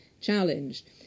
challenged